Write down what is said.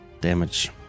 damage